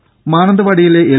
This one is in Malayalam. ടെട മാനന്തവാടിയിലെ എൽ